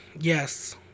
yes